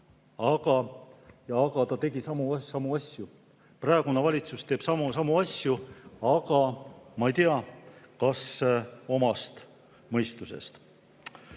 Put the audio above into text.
Aga ta tegi samu asju. Praegune valitsus teeb samu asju, aga ma ei tea, kas omast mõistusest.